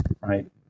right